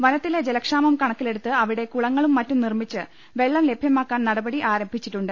വനത്തിലെ ജലക്ഷാമം കണക്കിലെടുത്ത് അവിടെ കുളങ്ങളും മറ്റും നിർമിച്ച് വെള്ളം ലഭൃമാക്കാൻ നടപടി ആരംഭിച്ചിട്ടുണ്ട്